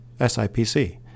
SIPC